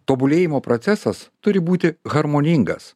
tobulėjimo procesas turi būti harmoningas